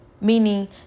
Meaning